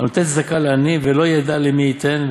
"הנותן צדקה לעניים ולא ידע למי ייתן,